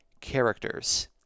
characters